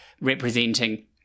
representing